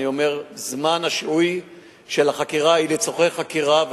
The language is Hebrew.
זמן השיהוי של החקירה הוא לצורכי חקירה,